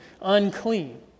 unclean